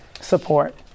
support